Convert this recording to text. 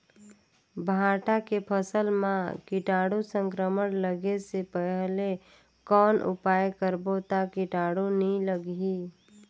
भांटा के फसल मां कीटाणु संक्रमण लगे से पहले कौन उपाय करबो ता कीटाणु नी लगही?